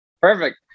perfect